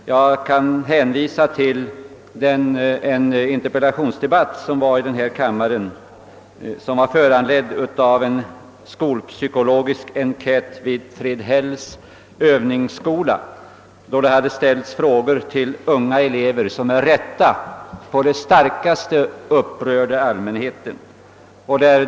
Jag kan hänvisa till den interpellationsdebatt i denna kammare som var föranledd av en psykologisk enkät vid Fredhälls övningsskola, då till yngre elever hade ställts frågor, som med rätta på det starkaste upprörde allmänheten.